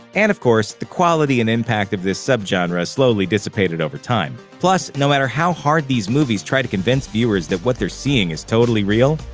and, of course, the quality and impact of this sub-genre slowly dissipated over time. plus, no matter how hard these movies try to convince viewers that what they're seeing is totally real,